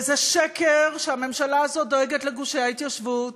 וזה שקר שהממשלה הזאת דואגת לגושי ההתיישבות,